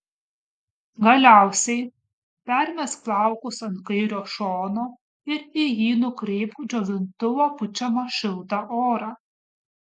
galiausiai permesk plaukus ant kairio šono ir į jį nukreipk džiovintuvo pučiamą šiltą orą